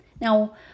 Now